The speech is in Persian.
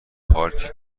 پارکی